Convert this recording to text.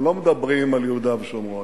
הם לא מדברים על יהודה ושומרון.